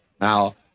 Now